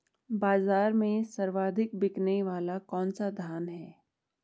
बाज़ार में सर्वाधिक बिकने वाला कौनसा धान है?